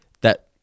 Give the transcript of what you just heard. that-